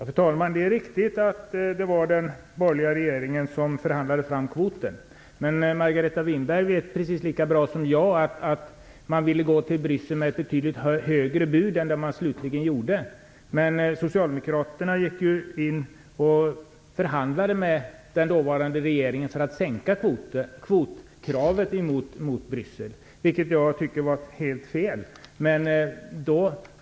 Fru talman! Det är riktigt att det var den borgerliga regeringen som förhandlade fram kvoten. Men Margareta Winberg vet precis lika bra som jag att den ville gå till Bryssel med ett betydligt högre bud än vad den slutligen gjorde. Socialdemokraterna gick in och förhandlade med den dåvarande regeringen för att sänka kvotkravet gentemot Bryssel, vilket jag tycker var helt fel.